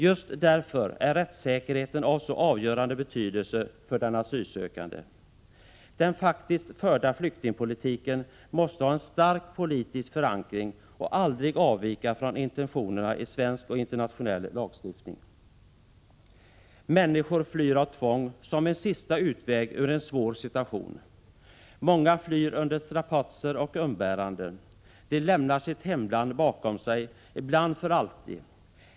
Just därför är rättssäkerheten av så avgörande betydelse för den asylsökande. Den faktiskt förda flyktingpolitiken måste ha en stark politisk förankring och får aldrig avvika från intentionerna i svensk och internationell lagstiftning. Människor flyr av tvång, som en sista utväg ur en svår situation. Många flyr under strapatser och umbäranden. De lämnar sitt hemland bakom sig — ibland för alltid.